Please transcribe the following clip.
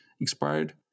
expired